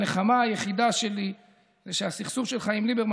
הנחמה היחידה שלי זה שהסכסוך שלך עם ליברמן